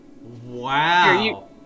Wow